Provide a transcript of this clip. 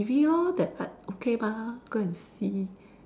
eerie lor that part okay mah go and see